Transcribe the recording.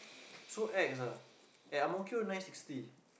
so ex ah eh Ang-Mo-Kio nine sixty